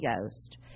Ghost